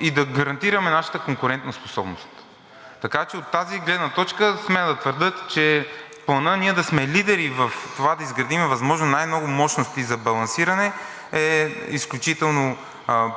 и да гарантираме нашата конкурентоспособност. Така че от тази гледна точка смея да твърдя, че планът ние да сме лидери в това да изградим възможно най-много мощности за балансиране, е изключително